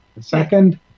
Second